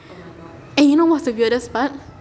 and you know what's the weirdest part